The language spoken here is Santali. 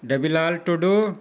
ᱫᱮᱵᱤᱞᱟᱞ ᱴᱩᱰᱩ